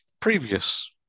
previous